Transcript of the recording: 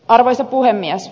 arvoisa puhemies